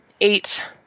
eight